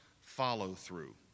Follow-Through